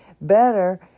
better